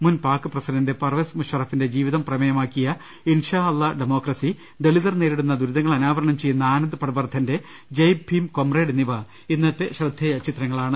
മുൻ പാക്ക് പ്രസിഡന്റ് പർവ്വേസ് മുഷറഫിന്റെ ജീവിതം പ്രമേയമാക്കിയ ഇൻഷാ അള്ള ഡെമോക്രസി ദളിതർ നേരി ടുന്ന ദൂരിതങ്ങൾ അനാവരണം ചെയ്യുന്ന ആനന്ദ്പട്വർധന്റെ ജയ് ഭീം കോമ്രേഡ് എന്നിവ ഇന്നത്തെ ശ്രദ്ധേയ ചിത്രങ്ങളാണ്